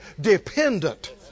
dependent